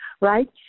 right